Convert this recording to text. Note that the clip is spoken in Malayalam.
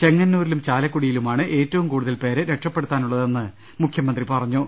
ചെങ്ങന്നൂരിലും ചാലക്കുടിയിലുമാണ് ഏറ്റവും കൂടുതൽ പേരെ രക്ഷ പ്പെടുത്താനുള്ളതെന്ന് മുഖ്യമന്ത്രി പറഞ്ഞു